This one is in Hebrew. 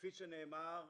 כפי שנאמר,